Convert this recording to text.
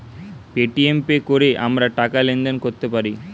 Paytm এ কোরে আমরা টাকা লেনদেন কোরতে পারি